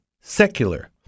secular